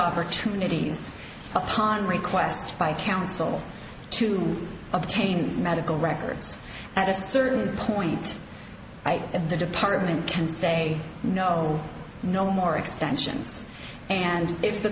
opportunities upon request by counsel to obtain medical records at a certain point at the department can say no no more extensions and if the